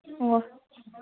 ꯑꯣ